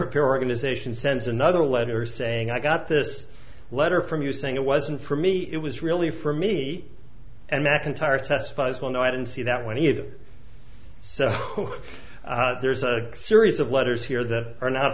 repair organisation sends another letter saying i got this letter from you saying it wasn't for me it was really for me and macintyre testifies well no i didn't see that one either so there's a series of letters here that are not